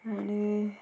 आनी